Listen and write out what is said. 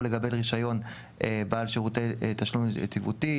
לגבי רישיון בעל שירותי תשלום יציבותי,